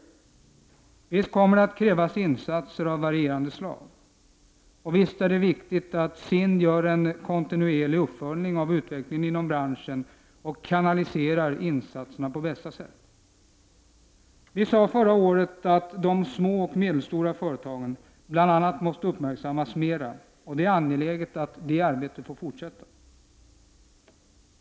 Visst kommer det att krävas insatser av varierande slag, och visst är det viktigt att SIND gör en kontinuerlig uppföljning av utvecklingen inom branschen och kanaliserar insatserna på bästa sätt. Vi sade förra året att de små och medelstora företagen måste uppmärksammas mera, och det är angeläget att det arbetet får fortsätta.